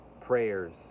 prayers